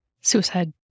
Suicide